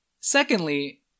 secondly